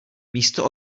místo